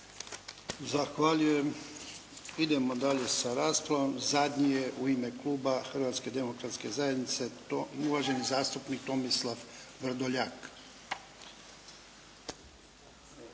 Zahvaljujem. Idemo dalje sa raspravom. Zadnji je u ime kluba Hrvatske demokratske zajednice uvaženi zastupnik Tomislav Vrdoljak.